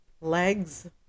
legs